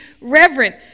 Reverend